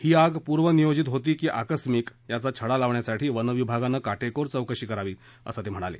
ही आग पूर्वनियोजित होती की आकस्मिक याचा छडा लावण्यासाठी वनविभागानं काटेकोर चौकशी करावी असं ते म्हणाले